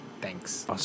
thanks